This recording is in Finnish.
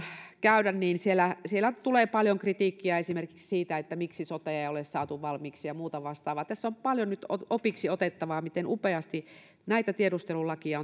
käydä niin siellä siellä tulee paljon kritiikkiä esimerkiksi siitä miksi sotea ei ole saatu valmiiksi ja muuta vastaavaa ja tässä on paljon nyt opiksi otettavaa miten upeasti näitä tiedustelulakeja